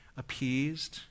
appeased